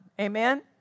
Amen